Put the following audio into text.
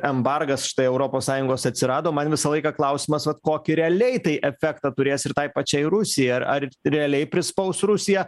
embargas štai europos sąjungos atsirado man visą laiką klausimas vat kokį realiai tai efektą turės ir tai pačiai rusijai ar ar realiai prispaus rusiją